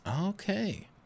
Okay